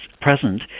present